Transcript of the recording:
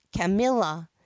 camilla